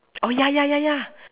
oh ya ya ya ya